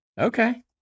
Okay